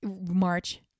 March